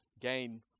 gain